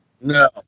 No